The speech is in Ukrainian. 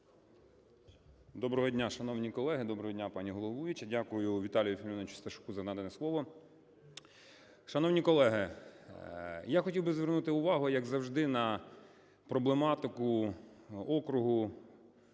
Доброго дня, шановні колеги! Доброго дня, пані головуюча! Дякую Віталію Филимоновичу Сташуку за надане слово. Шановні колеги, я хотів би звернути увагу, як завжди, на проблематику округу,